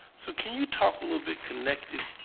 so can you talk a little bit connected.